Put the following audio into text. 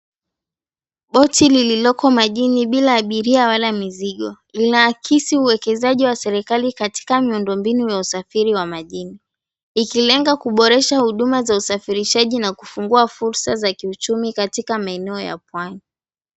Boti lililoko majini bila abiria wala mizigo, linaakisi uwekezaji wa serikali katika miundo mbinu ya usafiri wa majini ikilenga kuboresha huduma za usafirishaji na kufungua fursa za kiuchumi katika maeneo ya pwani.